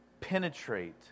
penetrate